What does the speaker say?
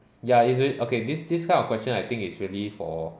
ya is re~ this this kind of question I think it's really for